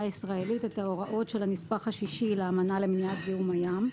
הישראלית את ההוראות של הנספח השישי לאמנה למניעת זיהום הים,